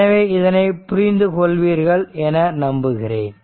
எனவே இதனை புரிந்து கொள்வீர்கள் என நம்புகிறேன்